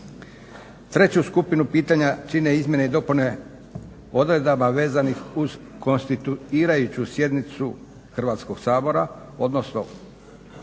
Treću skupinu pitanja čine izmjene i dopune odredaba vezanih uz konstituirajuću sjednicu Hrvatskog sabora, odnosno sam